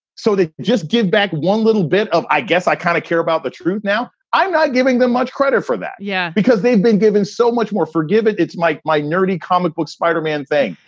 so they just give back one little bit of i guess i kind of care about the truth. now, i'm not giving them much credit for that. yeah, because they've been given so much more. forgive it. it's mike, my nerdy comic book spider-man thing.